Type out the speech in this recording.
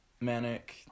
manic